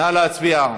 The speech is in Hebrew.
נא להצביע.